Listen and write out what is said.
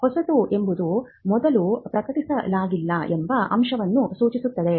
ಹೊಸತು ಎಂಬುದು ಮೊದಲು ಪ್ರಕಟಿಸಲಾಗಿಲ್ಲ ಎಂಬ ಅಂಶವನ್ನು ಸೂಚಿಸುತ್ತದೆ